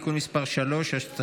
(תיקון מס' 24) (פיקדון לעובדים זרים),